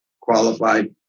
qualified